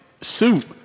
suit